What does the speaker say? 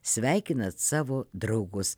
sveikinat savo draugus